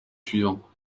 suivants